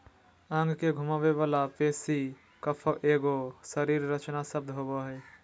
अंग के घुमावे वाला पेशी कफ एगो शरीर रचना शब्द होबो हइ